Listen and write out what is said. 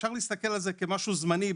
אפשר להסתכל על זה כמשהו זמני,